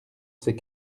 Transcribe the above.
ces